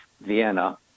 Vienna